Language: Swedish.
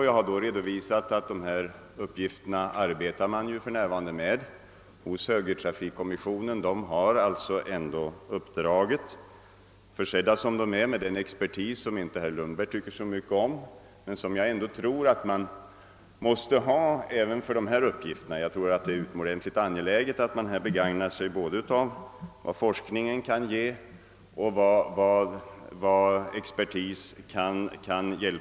Jag har redovisat att högertrafikkommissionen, som har expertis till sitt förfogande, för närvarande arbetar med dessa uppgifter. Herr Lundberg tycker visserligen inte om expertis, men jag tror att den är nödvändig för detta arbete. Det är enligt min mening angeläget att ta hänsyn till de rön som forskningen kommer fram till och de råd som expertisen kan ge.